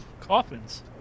Coffins